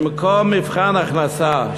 במקום מבחן הכנסה,